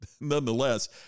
nonetheless